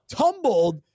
tumbled